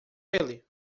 ele